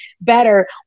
better